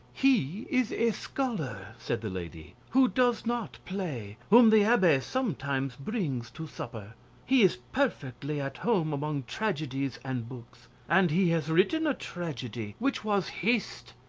he is a scholar, said the lady, who does not play, whom the abbe sometimes brings to supper he is perfectly at home among tragedies and books, and he has written a tragedy which was hissed,